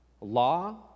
Law